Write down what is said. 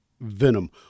venom